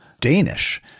Danish